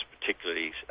particularly